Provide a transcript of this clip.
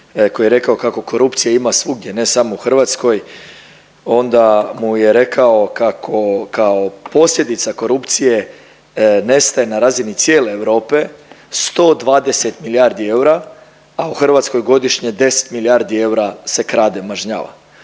koji je rekao kako korupcije ima svugdje, ne samo u Hrvatskoj, onda mu je rekao kako kao posljedica korupcije nestaje na razini cijele Europe 120 milijardi eura, a u Hrvatskoj godišnje 10 milijardi eura se krade, mažnjava.